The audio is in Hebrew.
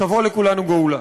תבוא לכולנו גאולה.